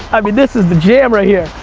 i mean, this is the jam right here.